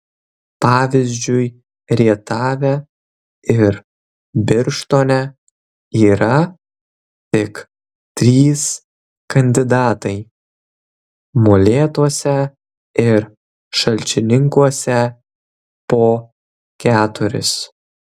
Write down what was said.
pavyzdžiui rietave ir birštone yra tik trys kandidatai molėtuose ir šalčininkuose po keturis